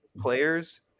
players